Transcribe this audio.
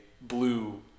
blue